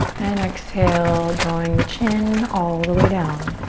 and exhale, drawing the chin all the way down.